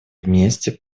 вместе